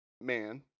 man